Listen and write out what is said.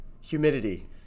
humidity